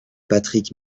patrick